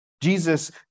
Jesus